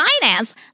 finance